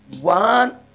one